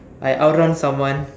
I outrun someone